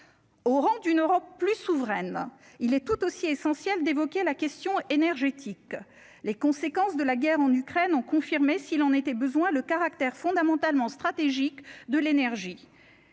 au rang d'une Europe plus souveraine, il est tout aussi essentiel, d'évoquer la question énergétique, les conséquences de la guerre en Ukraine ont confirmé, s'il en était besoin, le caractère fondamentalement stratégique de l'énergie,